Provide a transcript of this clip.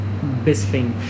Bisping